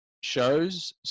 Shows